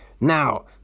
Now